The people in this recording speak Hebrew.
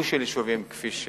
גוש של יישובים, כפי שיוחלט.